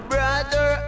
Brother